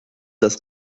das